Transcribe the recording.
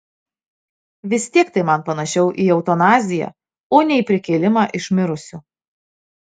vis tiek tai man panašiau į eutanaziją o ne į prikėlimą iš mirusių